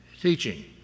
teaching